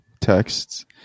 texts